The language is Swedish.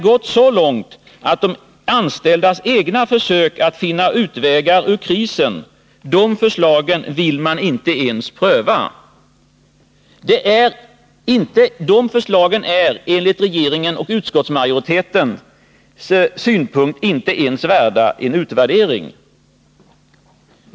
gått så långt att man inte ens har velat pröva de anställdas egna försök att finna utvägar ur krisen.